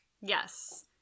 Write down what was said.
Yes